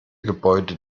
gebäude